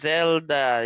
Zelda